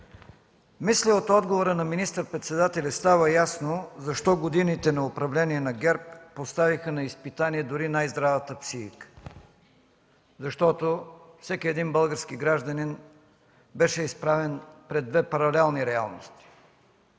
Мисля, от отговора на министър-председателя става ясно защо годините на управление на ГЕРБ поставиха на изпитание дори най-здравата психика. Защото всеки един български гражданин беше изправен пред две паралелни реалности.